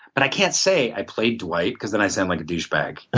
but i can't say i play dwight because then i sound like a douchebag. and